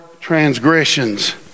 transgressions